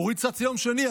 הוריד קצת ביום השני,